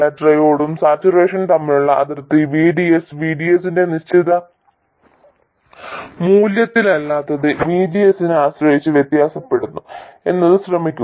ട്രയോഡും സാച്ചുറേഷനും തമ്മിലുള്ള അതിർത്തി VDS VDS ന്റെ നിശ്ചിത മൂല്യത്തിലല്ലാത്തത് VGS നെ ആശ്രയിച്ച് വ്യത്യാസപ്പെടുന്നു എന്നത് ശ്രദ്ധിക്കുക